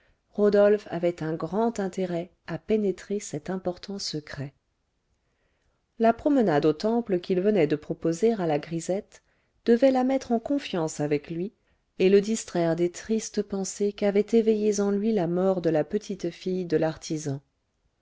rodolphe avait un grand intérêt à pénétrer cet important secret la promenade au temple qu'il venait de proposer à la grisette devait la mettre en confiance avec lui et le distraire des tristes pensées qu'avait éveillées en lui la mort de la petite fille de l'artisan